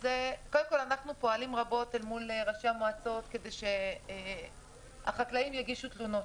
אנחנו פועלים רבות אל מול ראשי המועצות כדי שהחקלאים יגישו תלונות,